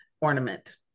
ornament